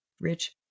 rich